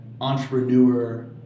entrepreneur